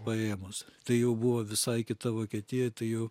paėmus tai jau buvo visai kita vokietija tai jau